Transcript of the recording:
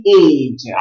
age